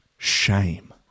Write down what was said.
shame